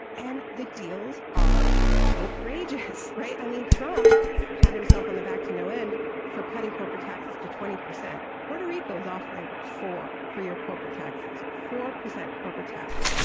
and the deals are outrageous, right? i mean trump pat himself on the back to no end for cutting corporate taxes to twenty percent. puerto rico is offering four for your corporate taxes. four percent corporate tax.